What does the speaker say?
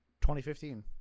2015